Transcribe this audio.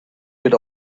wird